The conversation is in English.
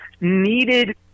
needed